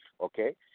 okay